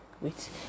Wait